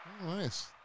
nice